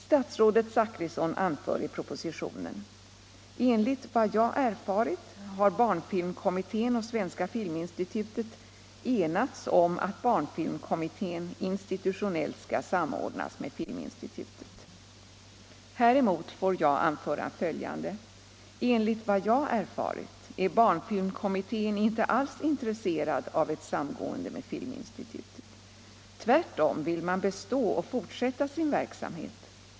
Statsrådet Zachrisson anför i propositionen: ”Enligt vad jag erfarit har Barnfilmkommittén och Svenska filminstitutet enats om att Barnfilm kommittén institutionellt skall samordnas med Filminstitutet.” Häremot får jag anföra följande: Enligt vad jag erfarit är Barnfilmkommittén inte alls intresserad av ett samgående med Filminstitutet. Tvärtom vill man bestå och fortsätta sin verksamhet.